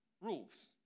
rules